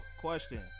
question